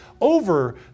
over